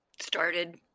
started